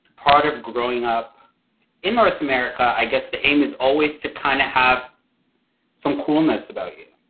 part of growing up in north america, i guess the aim is always to kind of have some coolness about you.